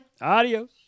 Adios